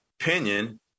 opinion